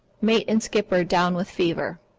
mate and skipper down with fever.